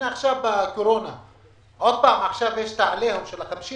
שוב יש עכשיו עליהום על האוכלוסייה הערבית,